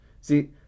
See